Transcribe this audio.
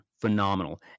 phenomenal